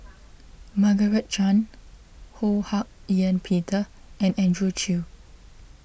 Margaret Chan Ho Hak Ean Peter and Andrew Chew